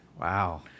Wow